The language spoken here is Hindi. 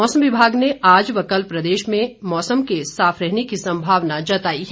मौसम विभाग ने आज व कल प्रदेश में मौसम के साफ रहने की संभावना जताई है